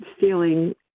feeling